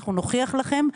אנחנו נוכיח לכם.